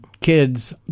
kids